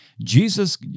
Jesus